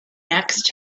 next